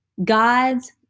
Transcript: God's